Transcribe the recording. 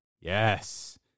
Yes